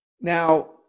Now